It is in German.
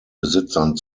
besitzern